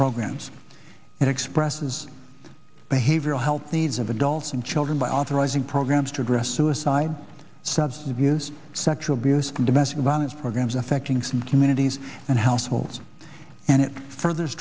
programs and expresses behavioral health needs of adults and children by authorizing programs to address suicide substance abuse sexual abuse domestic violence programs affecting some communities and households and it furth